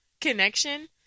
connection